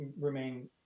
remain